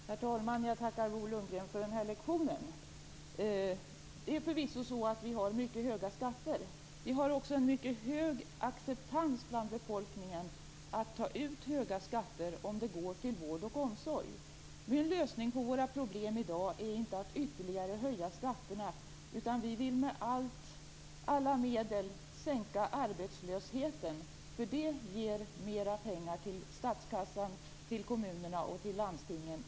Herr talman! Jag tackar Bo Lundgren för denna lektion. Det är förvisso så att vi har mycket höga skatter. Vi har också en mycket hög acceptans bland befolkningen när det gäller att ta ut höga skatter om pengarna går till vård och omsorg. Min lösning på våra problem i dag är inte att ytterligare höja skatterna. Vi vill med alla medel sänka arbetslösheten. Det ger mera pengar till statskassan, till kommunerna och till landstingen.